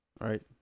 Right